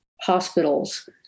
hospitals